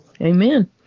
Amen